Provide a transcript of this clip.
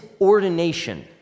ordination